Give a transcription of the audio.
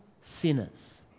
sinners